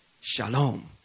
shalom